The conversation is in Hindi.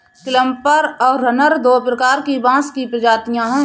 क्लम्पर और रनर दो प्रकार की बाँस की प्रजातियाँ हैं